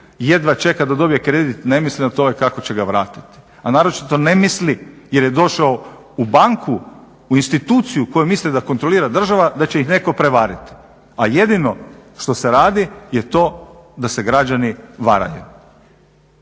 jedva čega da dobije kredit, ne misli o tome kako će ga vratiti, a naročito ne misli jer je došao u banku, u instituciju koju misli da kontrolira država, da će ih netko prevariti, a jedino što se radi je to da se građani varaju.